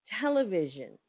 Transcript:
television